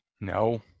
No